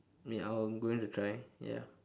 ya I am going to try ya